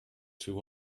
too